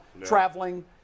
traveling